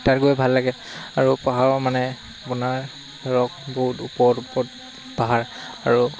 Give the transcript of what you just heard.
তাত গৈ ভাল লাগে আৰু পাহাৰৰ মানে আপোনাৰ ধৰক বহুত ওপৰত ওপৰত পাহাৰ আৰু